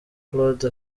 claude